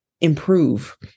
improve